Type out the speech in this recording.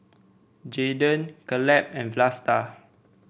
Jaydon Caleb and Vlasta